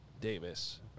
Davis